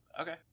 Okay